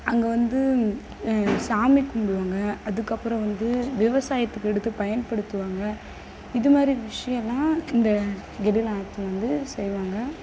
அங்கே வந்து சாமி கும்பிடுவாங்க அதுக்கப்புறம் வந்து விவசாயத்துக்கு எடுத்து பயன்படுத்துவாங்க இதுமாதிரி விஷயம்லாம் இந்த கெடில ஆற்றில் வந்து செய்வாங்க